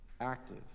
active